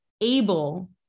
able